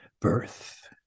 birth